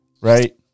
right